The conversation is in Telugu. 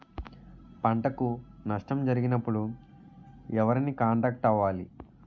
పంటకు నష్టం జరిగినప్పుడు ఎవరిని కాంటాక్ట్ అవ్వాలి?